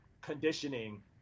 conditioning